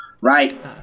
Right